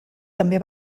també